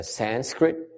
sanskrit